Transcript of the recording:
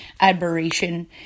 admiration